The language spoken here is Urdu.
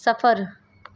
صفر